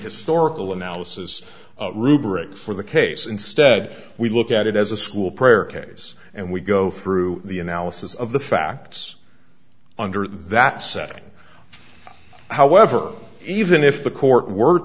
historical analysis rubric for the case instead we look at it as a school prayer case and we go through the analysis of the facts under that setting however even if the court w